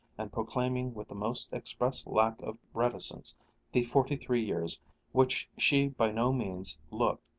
and proclaiming with the most express lack of reticence the forty-three years which she by no means looked,